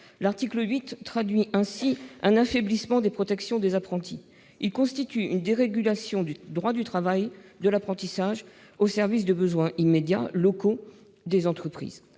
L'article 8 traduit un affaiblissement des protections des apprentis. Il constitue une dérégulation du droit du travail s'appliquant en matière d'apprentissage, au service des besoins immédiats et locaux des entreprises.